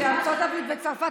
כשארצות הברית וצרפת,